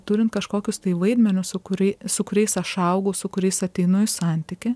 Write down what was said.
turint kažkokius tai vaidmenis su kuriai su kuriais aš augau su kuriais ateinu į santykį